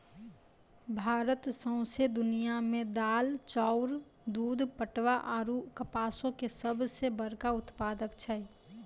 भारत सौंसे दुनिया मे दाल, चाउर, दूध, पटवा आरु कपासो के सभ से बड़का उत्पादक छै